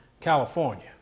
California